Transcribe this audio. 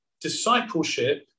discipleship